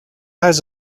eyes